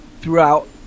throughout